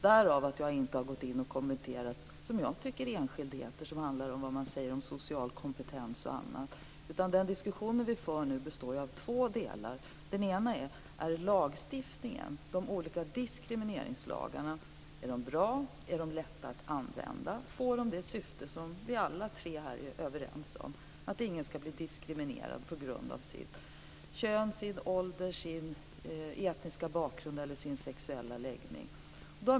Därav har jag inte gått in och kommenterat sådant som jag tycker är enskildheter, som vad man säger om social kompetens och annat. Den diskussion som vi nu för består av två delar. Den ena gäller om de olika diskrimineringslagarna är bra, lätta att använda och får det syfte som vi alla tre är överens om, nämligen att ingen ska bli diskriminerad på grund av sitt kön, sin ålder, sin etniska bakgrund eller sin sexuella läggning.